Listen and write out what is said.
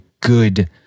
good